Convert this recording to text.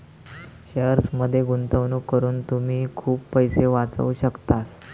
शेअर्समध्ये गुंतवणूक करून तुम्ही खूप पैसे वाचवू शकतास